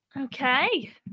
Okay